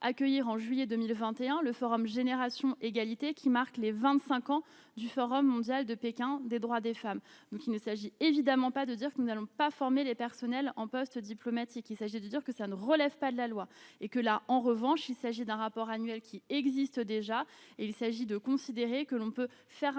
accueillir en juillet 2021, le forum Génération égalité qui marque les 25 ans du Forum mondial de Pékin des droits des femmes, donc il ne s'agit évidemment pas de dire que nous n'allons pas former les personnels en poste diplomatique, il s'agit de dire que ça ne relève pas de la loi et que la en revanche, il s'agit d'un rapport annuel qui existent déjà, il s'agit de considérer que l'on peut faire un